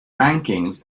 rankings